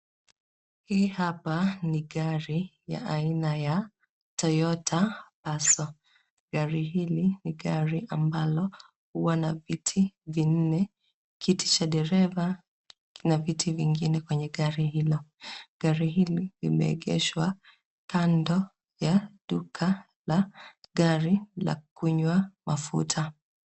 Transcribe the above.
Hii hapa ni gari ya aina ya Toyota Passo. Gari hili ni gari ambalo hua na viti vinne, kiti cha dereva na viti vingine kwenye gari hilo. Gari hili limeegeshwa kando ya duka la gari la kunywa mafuta.